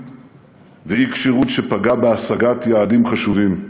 ואי-כשירות שפגעה בהשגת יעדים חשובים.